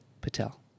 Patel